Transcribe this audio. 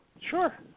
Sure